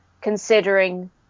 considering